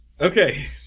Okay